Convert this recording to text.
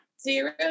Zero